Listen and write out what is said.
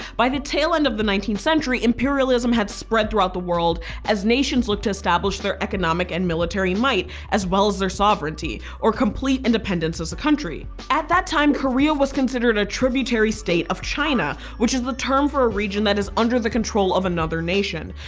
by the tail end of the nineteenth century, imperialism had spread throughout the world as nations looked to establish their economic and military might as well as their sovereignty, or complete independence as a country. at that time korea was considered a tributary state of china which is the term for a region that is under the control of another nation.